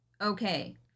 Okay